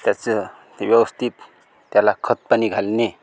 त्याचं ते व्यवस्थित त्याला खतपाणी घालणे